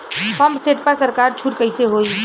Pump set पर सरकार छूट कईसे होई?